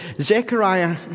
Zechariah